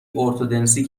ارتدنسی